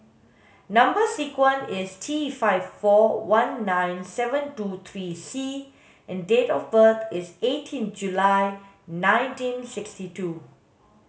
number sequence is T five four one nine seven two three C and date of birth is eighteen July nineteen sixty two